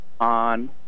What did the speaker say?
on